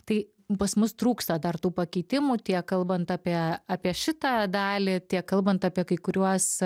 tai pas mus trūksta dar tų pakeitimų tiek kalbant apie apie šitą dalį tiek kalbant apie kai kuriuos